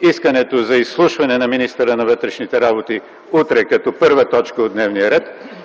искането за изслушване на министъра на вътрешните работи утре като първа точка от дневния ред